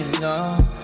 no